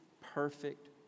perfect